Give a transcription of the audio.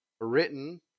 written